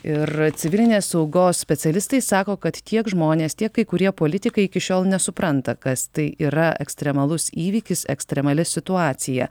ir civilinės saugos specialistai sako kad tiek žmonės tiek kai kurie politikai iki šiol nesupranta kas tai yra ekstremalus įvykis ekstremali situacija